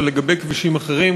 אבל לגבי כבישים אחרים,